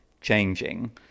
changing